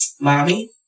Mommy